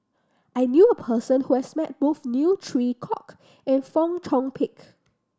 I knew a person who has met both Neo Chwee Kok and Fong Chong Pik